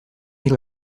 hil